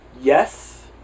yes